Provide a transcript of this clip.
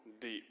deep